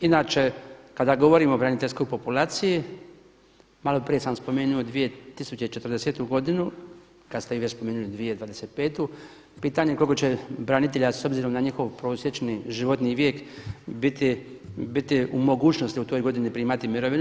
Inače kada govorimo o braniteljskoj populaciji, maloprije sam spomenuo 2040. godinu, kad ste vi već spomenuli 2025., pitanje je koliko će branitelja s obzirom na njihov prosječni životni vijek biti u mogućnosti u toj godini primati mirovinu.